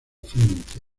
frente